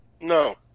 No